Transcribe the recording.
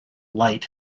light